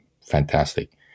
fantastic